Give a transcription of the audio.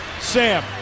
Sam